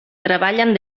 treballen